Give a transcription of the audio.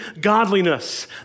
godliness